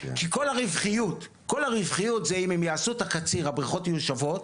כי כל הרווחיות זה אם הם יעשו את הקציר הבריכות יהיו שוות,